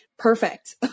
perfect